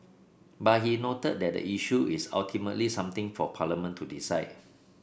but he noted that the issue is ultimately something for parliament to decide